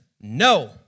no